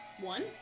One